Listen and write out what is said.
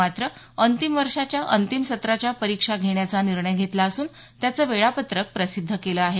मात्र अंतिम वर्षाच्या अंतिम सत्राच्या परीक्षा घेण्याचा निर्णय घेतला असून त्याचं वेळापत्रक प्रसिद्ध केलं आहे